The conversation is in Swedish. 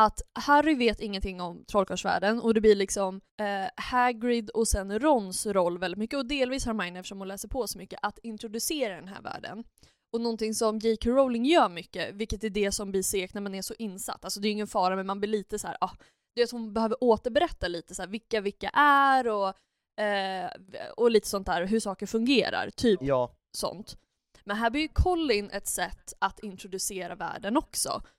att Harry vet ingenting om trollkarlsvärlden, och det blir liksom, eh, Hagrid och sen Rons roll väldigt mycket, och delvis Hermione, eftersom hon läser på så mycket, att introducera den här världen. Och någonting som J.K. Rowling gör mycket, vilket är det som vi ser när man är så insatt. Alltså, det är ingen fara, men man blir lite så här, ah, du vet, hon behöver återberätta lite så här, vilka vilka är och, eh, och lite sånt där, hur saker fungerar, typ Ja. sånt. Men här blir ju Colin ett sätt att introducera världen också.